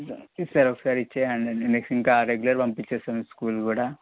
please sir ఒక్కసారి ఇచ్చేయండి next ఇంకా రెగ్యులర్ పంపించేస్తాము స్కూల్ కూడా